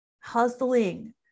Hustling